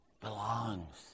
belongs